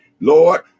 Lord